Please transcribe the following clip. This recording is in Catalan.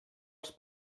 als